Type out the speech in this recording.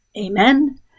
Amen